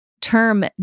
term